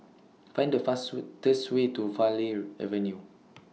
Find The Way to Farleigh Avenue